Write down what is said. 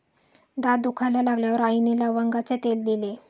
दात दुखायला लागल्यावर आईने लवंगाचे तेल दिले